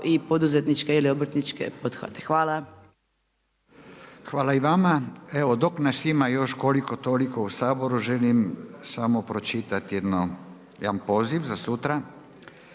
poduzetniče ili obrtničke poduhvate. Hvala. **Radin, Furio (Nezavisni)** Hvala i vama. Evo dok nas ima koliko toliko u Saboru želim samo pročitati jedan poziv za sutra.